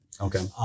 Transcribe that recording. Okay